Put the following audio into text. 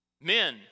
Men